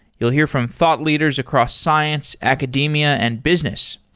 you'll hear from thought leaders across science, academia and business.